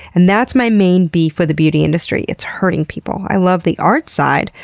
and that's my main beef with the beauty industry it's hurting people. i love the art side,